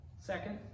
Second